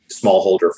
smallholder